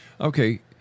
Okay